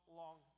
long